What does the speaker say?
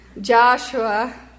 Joshua